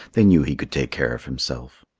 they knew he could take care of himself.